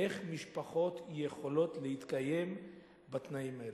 איך משפחות יכולות להתקיים בתנאים האלה?